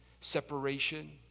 separation